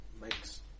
makes